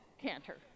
canter